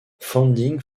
funding